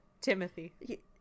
Timothy